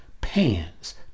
pants